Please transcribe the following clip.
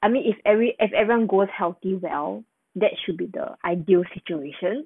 I mean if every ev~ everyone goes healthy well that should be the ideal situation